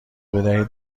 بدهید